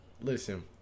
Listen